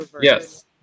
Yes